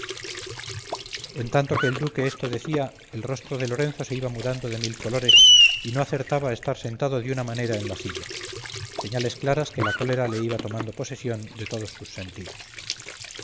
en tanto que el duque esto decía el rostro de lorenzo se iba mudando de mil colores y no acertaba a estar sentado de una manera en la silla señales claras que la cólera le iba tomando posesión de todos sus sentidos